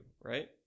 right